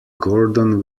gordon